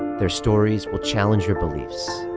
their stories will challenge your beliefs,